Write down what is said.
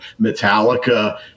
Metallica